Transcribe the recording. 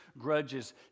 grudges